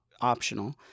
optional